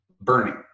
burning